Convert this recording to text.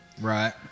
Right